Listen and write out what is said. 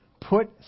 Put